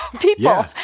people